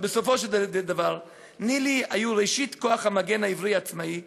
אבל בסופו של דבר ניל"י היו ראשית כוח המגן העברי העצמאי.